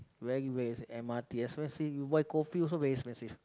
where you get m_r_t expensive you buy coffee also very expensive